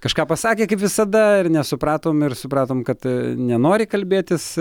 kažką pasakė kaip visada ir nesupratom ir supratom kad nenori kalbėtis